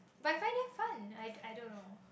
but I find them fun I I don't know